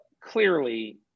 clearly